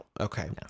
Okay